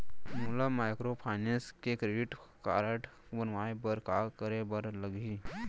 मोला माइक्रोफाइनेंस के credit card बनवाए बर का करे बर लागही?